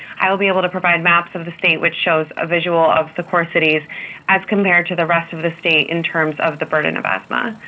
i will be able to provide maps of the state, which shows a visual of the core cities as compared to the rest of of the state in terms of the burden of asthma.